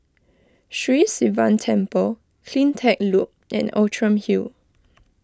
Sri Sivan Temple CleanTech Loop and Outram Hill